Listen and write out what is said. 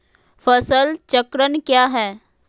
फसल चक्रण क्या है?